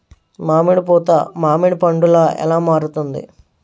మామిడి పూత మామిడి పందుల ఎలా మారుతుంది?